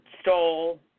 stole